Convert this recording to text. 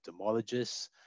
ophthalmologists